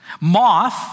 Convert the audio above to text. Moth